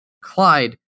Clyde